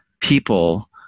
people